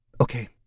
Okay